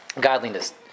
godliness